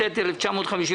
התשי"ט-1959.